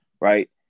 Right